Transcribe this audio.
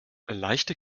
leichte